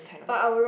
but I will rather